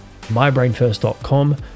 Mybrainfirst.com